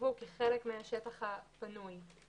ייחשבו כחלק מהשטח הפנוי.